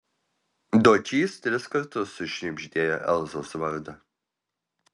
dočys tris kartus sušnibždėjo elzos vardą